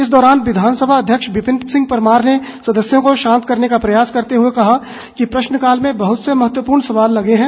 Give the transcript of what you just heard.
इस दौरान विधानसभा अध्यक्ष विपिन सिंह परमार ने सदस्यों को शांत करने का प्रयास करते हुए कहा कि प्रश्नकाल में बहुत से महत्वपूर्ण सवाल लगे हैं